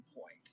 point